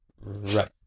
Right